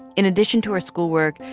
in addition to her schoolwork,